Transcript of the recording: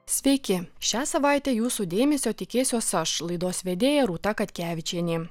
sveiki šią savaitę jūsų dėmesio tikėsiuos aš laidos vedėja rūta katkevičienė